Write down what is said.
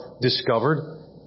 discovered